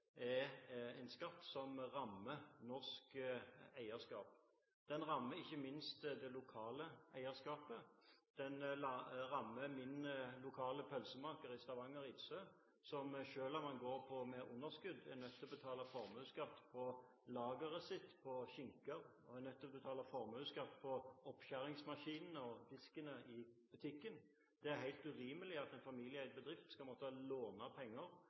er en skatt som rammer norsk eierskap. Den rammer ikke minst det lokale eierskapet. Den rammer min lokale pølsemaker i Stavanger, Idsøe, som selv om han går med underskudd, er nødt til å betale formuesskatt på lageret sitt av skinker og på oppskjæringsmaskinene og diskene i butikken. Det er helt urimelig at en familieeid bedrift skal måtte låne penger